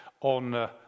on